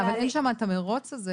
את המרוץ הזה